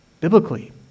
Biblically